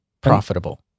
profitable